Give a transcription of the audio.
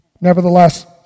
Nevertheless